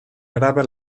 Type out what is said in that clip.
araba